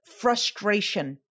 Frustration